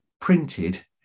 printed